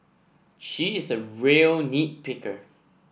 he is a real nit picker